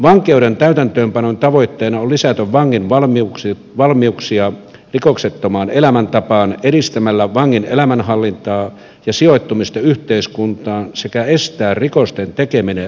vankeuden täytäntöönpanon tavoitteena on lisätä vangin valmiuksia rikoksettomaan elämäntapaan edistämällä vangin elämänhallintaa ja sijoittumista yhteiskuntaan sekä estää rikosten tekeminen rangaistusaikana